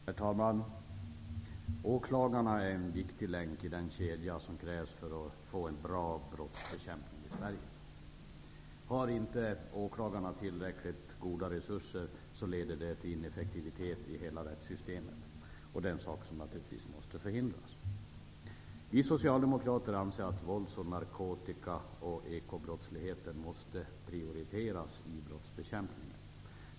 Herr talman! Åklagarna är en viktig länk i den kedja som krävs för att få en bra brottsbekämpning i Sverige. Har inte åklagarna tillräckliga resurser leder det till ineffektivitet i hela rättssystemet. Detta måste naturligtvis förhindras. Vi Socialdemokrater anser att vålds-, narkotikaoch ekobrottsligheten måste prioriteras i brottsbekämpningen.